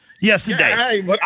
yesterday